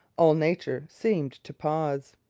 all nature seemed to pause.